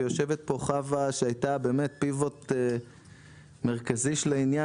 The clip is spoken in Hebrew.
ויושבת פה חוה שהייתה באמת פיבוט מרכזי של העניין,